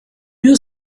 you